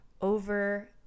over